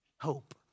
hope